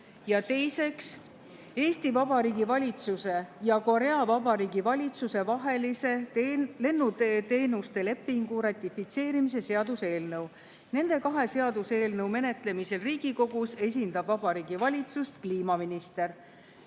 ja teiseks, Eesti Vabariigi valitsuse ja Korea Vabariigi valitsuse vahelise lennuteeteenuste lepingu ratifitseerimise seaduse eelnõu. Nende kahe seaduseelnõu menetlemisel Riigikogus esindab Vabariigi Valitsust kliimaminister.